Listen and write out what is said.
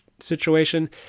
situation